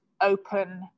open